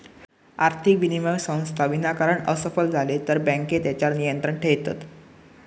आर्थिक विनिमय संस्था विनाकारण असफल झाले तर बँके तेच्यार नियंत्रण ठेयतत